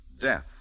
Death